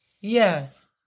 Yes